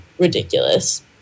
ridiculous